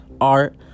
art